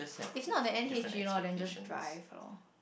is not the N_H_G loh then just drive loh